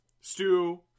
stew